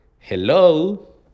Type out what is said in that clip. hello